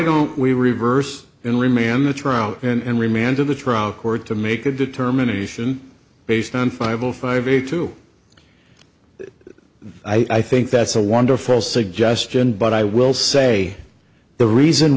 don't we reverse and remand the trial and remand to the trial court to make a determination based on five zero five eight two i think that's a wonderful suggestion but i will say the reason